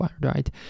right